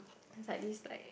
is like this like